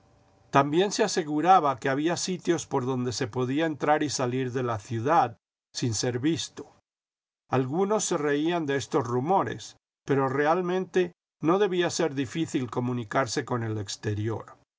también se aseguraba que había sitios por donde se podía entrar y salir de la ciudad sin ser visto algunos se reían de estos rumores pero realmente no debía ser difícil comunicarse con el exterior